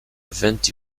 event